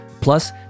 Plus